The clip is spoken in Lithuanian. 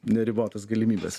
neribotas galimybes